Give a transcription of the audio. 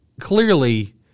clearly